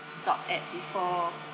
stop at before